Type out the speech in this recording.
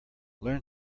learn